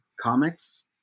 comics